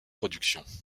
productions